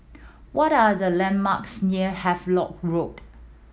what are the landmarks near Havelock Road